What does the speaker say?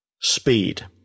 Speed